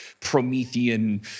Promethean